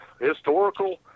historical